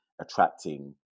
attracting